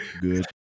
Good